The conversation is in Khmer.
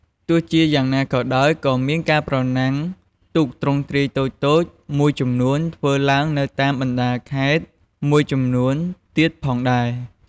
ទោះជាយ៉ាងណាក៏ដោយ ក៏មានការប្រណាំងទូកទ្រង់ទ្រាយតូចៗមួយចំនួនធ្វើឡើងនៅតាមបណ្ដាខេត្តមួយចំនួនទៀតផងដែរ។